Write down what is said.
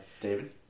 David